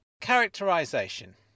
characterisation